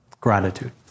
Gratitude